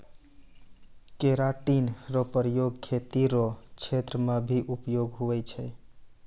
keratin रो प्रयोग खेती रो क्षेत्र मे भी उपयोग हुवै छै